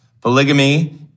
polygamy